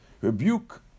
Rebuke